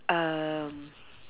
erm